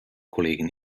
kollegin